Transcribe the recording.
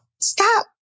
stop